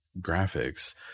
graphics